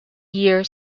year